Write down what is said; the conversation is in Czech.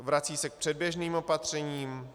Vrací se k předběžným opatřením.